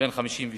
בן 56 מאשדוד.